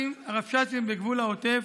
הרבש"צים בגבול העוטף